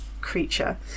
creature